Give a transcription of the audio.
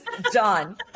done